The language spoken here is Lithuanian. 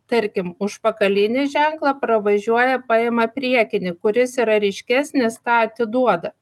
tarkim užpakalinį ženklą pravažiuoja paima priekinį kuris yra ryškesnis tą atiduoda